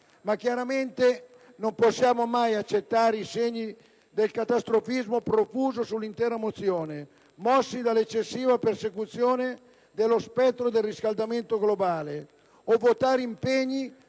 Chiaramente, però, non possiamo accettare i segni del catastrofismo profuso sull'intera mozione mossi dall'eccessiva persecuzione dello spettro del riscaldamento globale o votare impegni